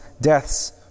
deaths